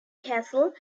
castle